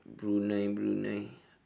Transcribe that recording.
brunei brunei